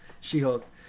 She-Hulk